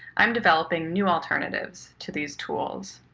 i'm developing new alternatives to these tools.